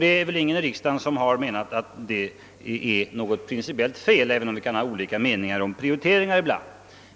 Det är väl heller ingen i riksdagen som anser att detta är principiellt felaktigt, även om vi ibland kan ha olika uppfattningar om prioriteringar.